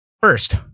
First